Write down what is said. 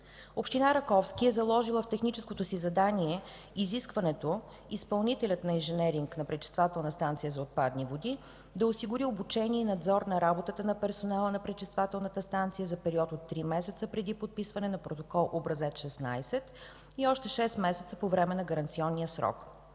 Община Раковски е заложила в техническото си задание изискването изпълнителят на инженеринг на пречиствателна станция за отпадни води да осигури обучение и надзор на работата на персонала на пречиствателната станция за период от три месеца преди подписване на протокол Образец 16 и още шест месеца по време на гаранционния срок.